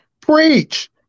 Preach